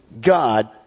God